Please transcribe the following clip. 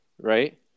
Right